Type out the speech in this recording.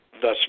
thus